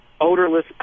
odorless